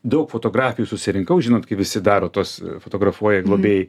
daug fotografijų susirinkau žinot kai visi daro tuos fotografuoja globėjai